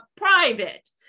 private